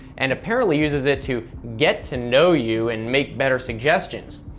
and apparently uses it to get to know you, and make better suggestions.